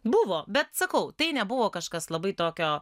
buvo bet sakau tai nebuvo kažkas labai tokio